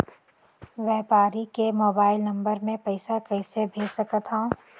व्यापारी के mobile number मे पईसा कइसे भेज सकथव?